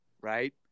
Right